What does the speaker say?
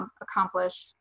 accomplish